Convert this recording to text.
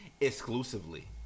exclusively